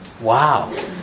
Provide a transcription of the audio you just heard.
Wow